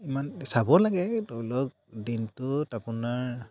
ইমান চাব লাগে ধৰি লওক দিনটোত আপোনাৰ